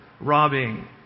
robbing